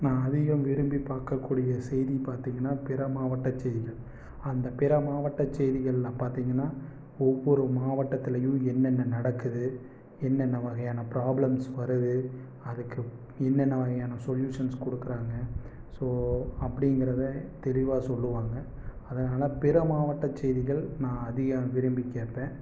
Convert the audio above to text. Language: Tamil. நான் அதிகம் விரும்பிப் பார்க்கக்கூடிய செய்தி பார்த்தீங்கன்னா பிற மாவட்டச் செய்திகள் அந்த பிற மாவட்டச் செய்திகளில் பார்த்தீங்கன்னா ஒவ்வொரு மாவட்டத்துலையும் என்னென்ன நடக்குது என்னென்ன வகையான பிராப்லம்ஸ் வருது அதுக்கு என்னென்ன வகையான சொலுயூசன்ஸ் கொடுக்கறாங்க ஸோ அப்படிங்கிறத தெளிவாக சொல்லுவாங்க அதனால் பிற மாவட்டச் செய்திகள் நான் அதிகம் விரும்பிக் கேட்பேன்